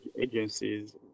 agencies